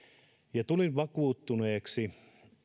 ja tulin vakuuttuneeksi